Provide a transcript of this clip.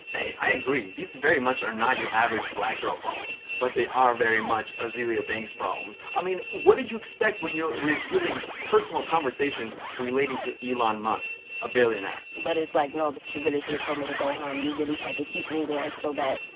i agree. there very much are not your average black girl problems but they are very much azealia banks problems. i mean, what did you expect when you're revealing personal conversations relating to elon musk, a billionaire. but, it's like, no b really should've told me to go home. you really tried to keep me there so that.